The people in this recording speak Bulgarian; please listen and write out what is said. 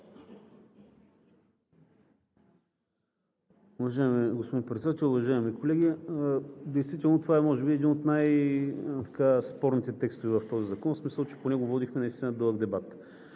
Уважаеми господин Председател, уважаеми колеги! Действително това е може би един от най-спорните текстове в този закон, в смисъл, че по него водихме дълъг дебат.